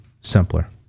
simpler